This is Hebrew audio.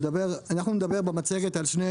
נדבר במצגת על שני